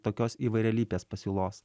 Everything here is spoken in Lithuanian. tokios įvairialypės pasiūlos